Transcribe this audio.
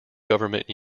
government